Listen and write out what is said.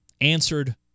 answered